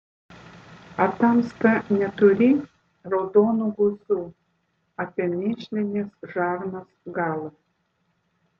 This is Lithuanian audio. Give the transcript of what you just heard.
ar tamsta neturi raudonų guzų apie mėšlinės žarnos galą